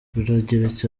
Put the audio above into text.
rurageretse